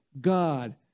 God